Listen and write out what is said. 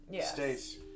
states